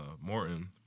Morton